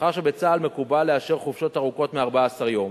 מאחר שבצה"ל מקובל לאשר חופשות ארוכות מ-14 יום,